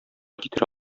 китерә